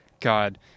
god